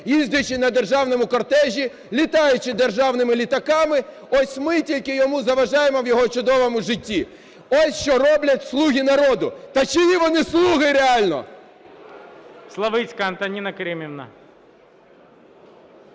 їздячи на державному кортежі, літаючи державними літаками. Ось ми тільки йому заважаємо в його чудовому житті. Ось що роблять "слуги народу"! Та чиї вони слуги реально?!